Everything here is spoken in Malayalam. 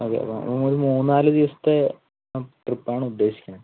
ഓക്കേ അപ്പോൾ ഒരു മൂന്നാലു ദിവസത്തെ ട്രിപ്പാണ് ഉദ്ദേശിക്കണത്